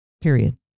Period